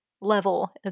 level